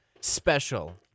special